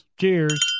cheers